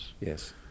Yes